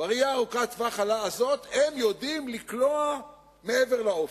בראייה ארוכת הטווח הזאת הם יודעים לקלוע מעבר לאופק.